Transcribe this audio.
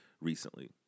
recently